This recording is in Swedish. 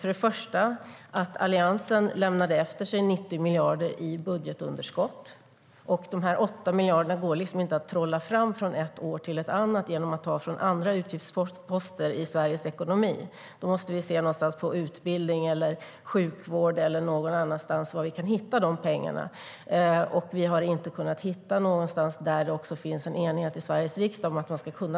Först och främst handlar det om att Alliansen lämnade efter sig 90 miljarder i budgetunderskott och att dessa 8 miljarder inte går att trolla fram från ett år till ett annat genom att man tar från andra utgiftsposter i Sveriges ekonomi. Då måste vi se om vi kan hitta dessa pengar under utbildning eller sjukvård eller någon annanstans. Men vi har inte kunnat hitta något ställe som det också finns en enighet i Sveriges riksdag om att ta pengarna från.